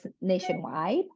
nationwide